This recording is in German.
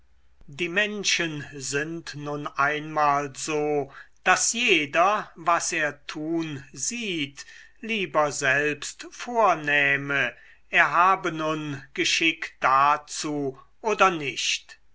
die menschen sind nun einmal so daß jeder was er tun sieht lieber selbst vornähme er habe nun geschick dazu oder nicht